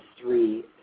three